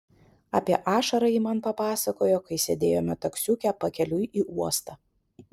apie ašarą ji man papasakojo kai sėdėjome taksiuke pakeliui į uostą